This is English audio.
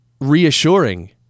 reassuring